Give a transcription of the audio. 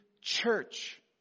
church